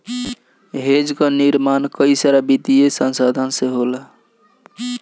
hedge कअ निर्माण कई सारा वित्तीय संसाधन से होला